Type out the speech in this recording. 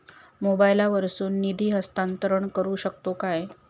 मोबाईला वर्सून निधी हस्तांतरण करू शकतो काय?